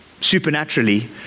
supernaturally